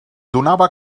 donava